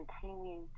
continue